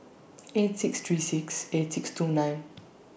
eight six three six eight six two nine